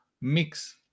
mix